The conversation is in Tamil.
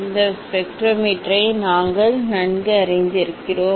இந்த ஸ்பெக்ட்ரோமீட்டரை நாங்கள் நன்கு அறிந்திருக்கிறோம்